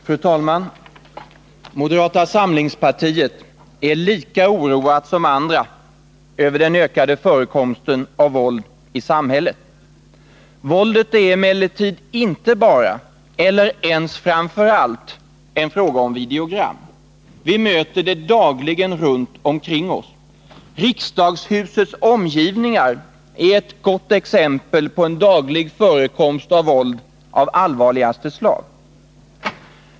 Fru talman! Moderata samlingspartiet är lika oroat som andra över den ökade förekomsten av våld i samhället. Våldet är emellertid inte bara, eller ens framför allt, en fråga om videogram. Vi möter det dagligen runt omkring oss. Riksdagshusets omgivningar är ett gott exempel på en daglig förekomst av våld av allvarligaste slag.